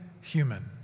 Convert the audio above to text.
human